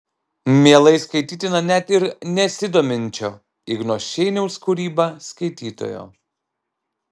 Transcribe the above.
mielai skaitytina net ir nesidominčio igno šeiniaus kūryba skaitytojo